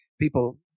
People